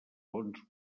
bons